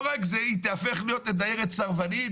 לא רק זה, היא תהפוך להיות לדיירת סרבנית.